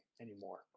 anymore